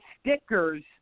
stickers